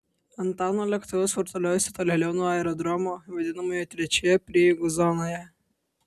antano lėktuvas vartaliojosi tolėliau nuo aerodromo vadinamoje trečioje prieigų zonoje